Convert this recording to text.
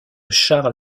chars